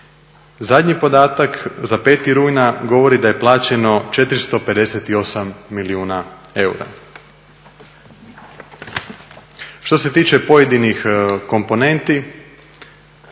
Zadnji podatak za 05. rujna govori da je plaćeno 458 milijuna eura. Što se tiče pojedinih komponenti,